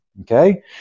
okay